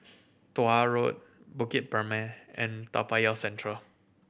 Tuah Road Bukit Purmei and Toa Payoh Central